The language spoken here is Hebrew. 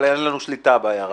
אבל אין לנו שליטה בזה,